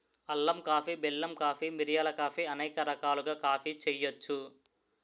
అల్లం కాఫీ బెల్లం కాఫీ మిరియాల కాఫీ అనేక రకాలుగా కాఫీ చేయొచ్చు